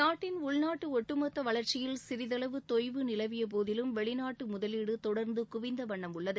நாட்டின் உள்நாட்டு ஒட்டுமொத்த வளர்க்சியில் யில் சிறிதளவு தொய்வு நிலவியபோதிலும் வெளிநாட்டு முதலீடு தொடர்ந்து குவிந்தவண்ணம் உள்ளது